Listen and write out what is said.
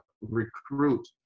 recruit